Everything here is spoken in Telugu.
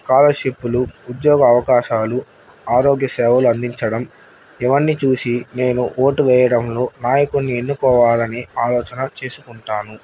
స్కాలర్షిప్లు ఉద్యోగ అవకాశాలు ఆరోగ్య సేవలు అందించడం ఇవన్నీ చూసి నేను ఓటు వేయడంలో నాయకున్ని ఎన్నుకోవాలని ఆలోచన చేసుకుంటాను